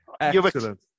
Excellent